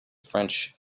french